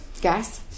gas